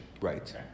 Right